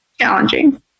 challenging